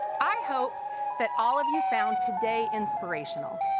i hope that all of you found today inspirational.